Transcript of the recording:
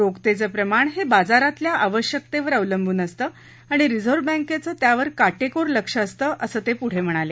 रोखतेचं प्रमाण हे बाजारातल्या आवश्यकतेवर अवलंबून असतं आणि रिझर्व्ह बँकेचं त्यावर काटेकोर लक्ष असतं असं ते पुढे म्हणाले